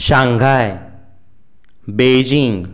Shanghai Beijing